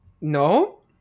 No